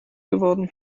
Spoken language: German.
geworden